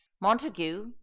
montague